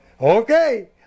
Okay